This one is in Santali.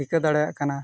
ᱴᱷᱤᱠᱟᱹ ᱫᱟᱲᱮᱭᱟᱜ ᱠᱟᱱᱟ